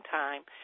time